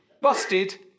Busted